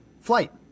flight